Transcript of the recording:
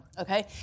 Okay